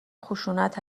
خشونت